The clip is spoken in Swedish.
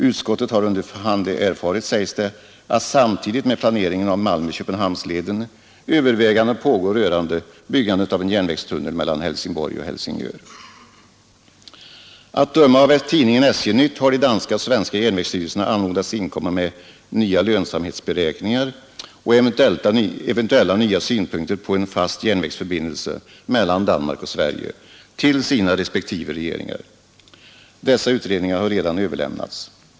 Utskottet har under hand erfarit, sägs det, att samtidigt med planeringen av Malmö—Köpenhamnsleden överväganden pågår rörande byggandet av en järnvägstunnel mellan Helsingborg och Helsingör. Att döma av tidningen SJ-Nytt har de danska och svenska järnvägsstyrelserna anmodats inkomma med nya lönsamhetsberäkningar och eventuellt nya synpunkter på en fast järnvägsförbindelse mellan Danmark och Sverige till sina respektive regeringar. Dessa utredningar har redan överlämnats.